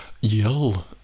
yell